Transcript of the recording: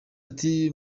ati